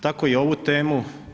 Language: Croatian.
Tako i ovu temu.